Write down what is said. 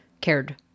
cared